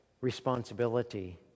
responsibility